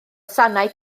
sanau